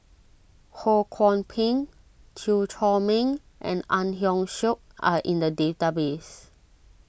Ho Kwon Ping Chew Chor Meng and Ang Hiong Chiok are in the database